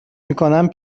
میکنم